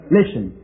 listen